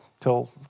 till